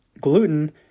gluten